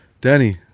danny